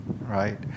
right